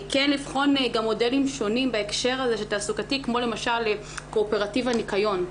כן לבחון גם מודלים שונים בהקשר התעסוקתי כמו למשל קואופרטיב הנקיון.